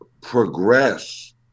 progress